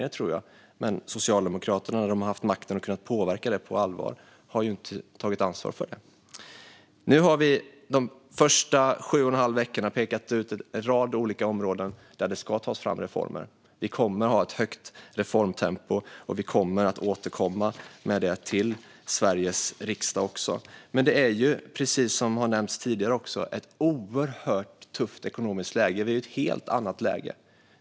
Men när Socialdemokraterna har haft makten och kunnat påverka det på allvar har de inte tagit ansvar för det. Under de här första sju och en halv veckorna har vi pekat ut en rad olika områden där det ska tas fram reformer. Vi kommer att ha ett högt reformtempo, och vi kommer att återkomma till Sveriges riksdag när det gäller detta. Precis som också nämnts tidigare är det nu ett oerhört tufft ekonomiskt läge, ett helt annat läge.